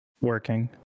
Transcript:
Working